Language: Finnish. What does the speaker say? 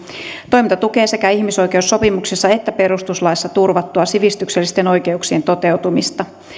toiminta tukee sekä ihmisoikeussopimuksessa että perustuslaissa turvattua sivistyksellisten oikeuksien toteutumista